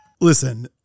Listen